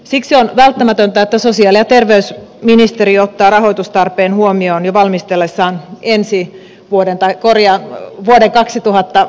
siksi on välttämätöntä että sosiaali ja terveysministeriö ottaa rahoitustarpeen huomioon jo valmistellessaan vuoden tai korjaa ne kaksituhatta